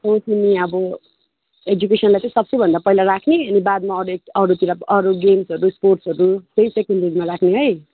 हो तिमी अब एजुकेसनलाई चाहिँ सबसे भन्दा पहिला राखी अनि बादमा अरू अरूतिर अरू गेम्सहरू स्पोर्ट्सहरू चाहिँ सेकेन्डरीमा राख्ने है